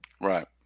Right